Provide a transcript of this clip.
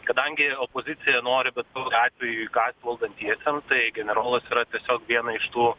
kadangi opozicija nori bet atveju įkąst valdantiesiems tai generolas yra tiesiog viena iš tų